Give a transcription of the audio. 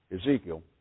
Ezekiel